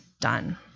done